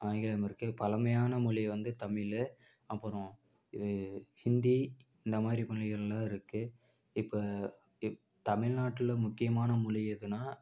ஆங்கிலம் இருக்குது பழமையான மொழி வந்து தமிழ் அப்புறோம் இது ஹிந்தி இந்த மாதிரி மொழிகளெலாம் இருக்குது இப்போ இப் தமிழ்நாட்டில் முக்கியமான மொழி எதுனா